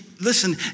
listen